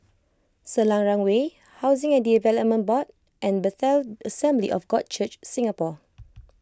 Selarang Way Housing and Development Board and Bethel Assembly of God Church Singapore